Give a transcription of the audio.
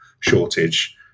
shortage